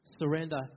Surrender